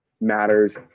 matters